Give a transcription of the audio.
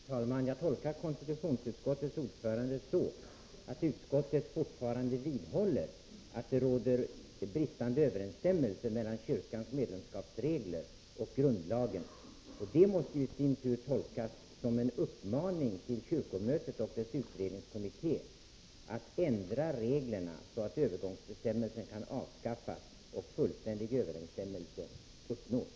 Herr talman! Jag tolkar konstitutionsutskottets ordförande så, att utskottet vidhåller att det råder bristande överensstämmelse mellan kyrkans medlemskapsregler och grundlagen. Det måste i sin tur tolkas som en uppmaning till kyrkomötet och dess utredningskommitté att ändra reglerna, så att övergångsbestämmelsen kan avskaffas och fullständig överensstämmelse uppnås.